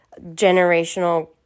generational